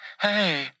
Hey